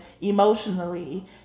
emotionally